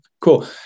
Cool